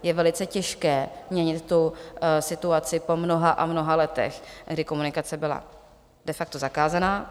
Je velice těžké změnit tu situaci po mnoha a mnoha letech, kdy komunikace byla de facto zakázaná.